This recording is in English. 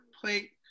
plate